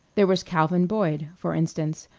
there was calvin boyd, for instance,